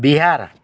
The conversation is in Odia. ବିହାର